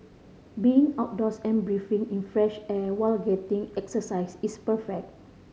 being outdoors and breathing in fresh air while getting exercise is perfect